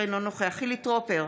אינו נוכח חילי טרופר,